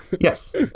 Yes